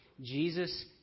Jesus